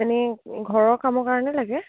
এনেই ঘৰৰ কামৰ কাৰণে লাগে